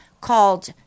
called